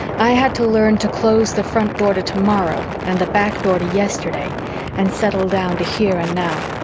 i had to learn to close the front door to tomorrow and the back door to yesterday and settle down to here and now.